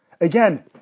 Again